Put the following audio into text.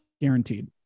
guaranteed